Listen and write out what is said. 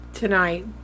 tonight